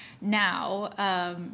now